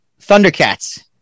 Thundercats